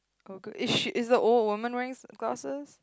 oh good eh shit is the old woman wearing glasses